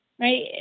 right